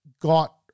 got